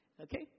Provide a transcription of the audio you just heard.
Okay